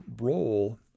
role